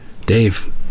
Dave